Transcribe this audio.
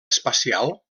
espacial